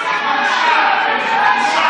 תתביישו,